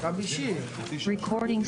הישיבה